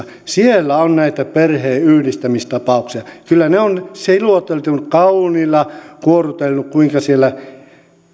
siellä on näitä perheenyhdistämistapauksia kyllä ne on siloteltu kauniilla kuorrutettu kuinka siellä